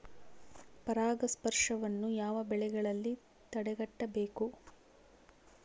ಪರಾಗಸ್ಪರ್ಶವನ್ನು ಯಾವ ಬೆಳೆಗಳಲ್ಲಿ ತಡೆಗಟ್ಟಬೇಕು?